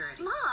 Mom